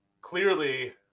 clearly